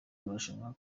marushanwa